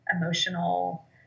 emotional